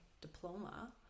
diploma